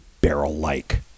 barrel-like